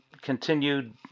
continued